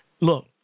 Look